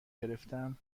گرفتم